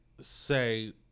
say